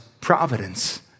providence